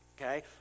Okay